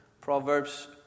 Proverbs